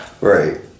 Right